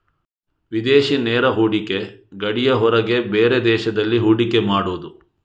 ವಿದೇಶಿ ನೇರ ಹೂಡಿಕೆ ಗಡಿಯ ಹೊರಗೆ ಬೇರೆ ದೇಶದಲ್ಲಿ ಹೂಡಿಕೆ ಮಾಡುದು